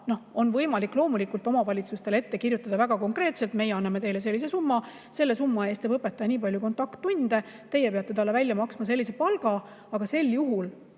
on võimalik loomulikult omavalitsustele väga konkreetselt ette kirjutada: meie anname teile sellise summa, selle summa eest teeb õpetaja nii palju kontakttunde, teie peate talle välja maksma sellise palga. Aga sel juhul